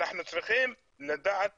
אנחנו צריכים לדעת